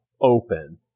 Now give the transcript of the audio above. open